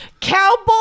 Cowboy